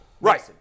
Right